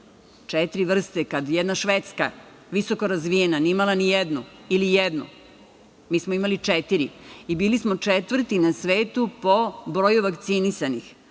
četiri vrste. Kada jedna Švedska, visoko razvijena, nije imala nijednu ili jednu, mi smo imali četiri i bili smo četvrti na svetu po broju vakcinisanih,